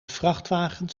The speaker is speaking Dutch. vrachtwagens